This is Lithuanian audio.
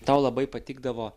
tau labai patikdavo